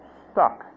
stuck